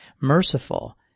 Merciful